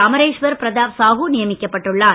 அமரேஷ்வர் பிரதாப் சாஹீ நியமிக்கப்பட்டுள்ளார்